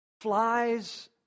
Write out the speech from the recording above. flies